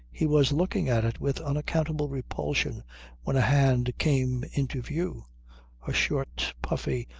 he was looking at it with unaccountable repulsion when a hand came into view a short, puffy,